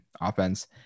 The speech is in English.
offense